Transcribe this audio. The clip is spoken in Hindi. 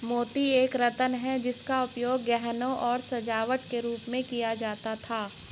मोती एक रत्न है जिसका उपयोग गहनों और सजावट के रूप में किया जाता था